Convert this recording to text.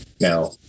Now